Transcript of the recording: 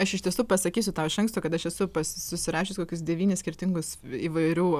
aš iš tiesų pasakysiu tau iš anksto kad aš esu susirašius kokius devynis skirtingus įvairių